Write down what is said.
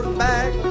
back